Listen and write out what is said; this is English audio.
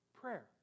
prayer